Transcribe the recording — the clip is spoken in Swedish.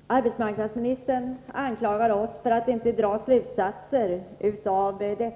Herr talman! Arbetsmarknadsministern anklagar oss för att inte dra slutsatserna av att vi